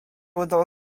udało